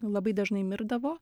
labai dažnai mirdavo